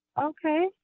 Okay